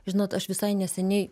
žinot aš visai neseniai